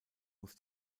muss